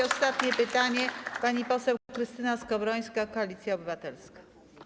Ostatnie pytanie, pani poseł Krystyna Skowrońska, Koalicja Obywatelska.